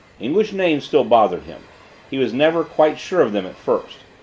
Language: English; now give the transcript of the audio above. english names still bothered him he was never quite sure of them at first.